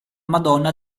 madonna